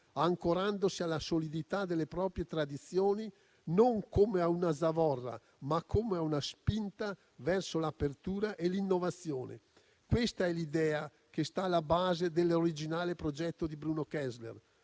ancorandosi alla solidità delle proprie tradizioni non come a una zavorra, ma come a una spinta verso l'apertura e l'innovazione. Questa è l'idea che sta alla base dell'originale progetto di Bruno Kessler: